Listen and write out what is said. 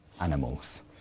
animals